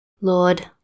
Lord